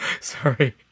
Sorry